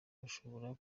bashobora